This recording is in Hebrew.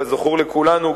כזכור לכולנו,